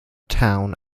town